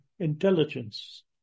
Intelligence